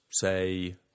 say